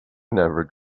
never